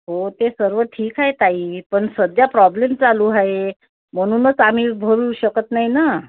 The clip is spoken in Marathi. हो ते सर्व ठीक आहे ताई पण सध्या प्रॉब्लेम चालू आहे म्हणूनच आम्ही भरू शकत नाही ना